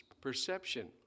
perception